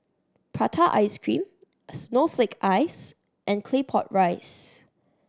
prata ice cream snowflake ice and Claypot Rice